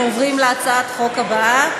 מוועדת העבודה,